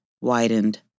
widened